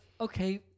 okay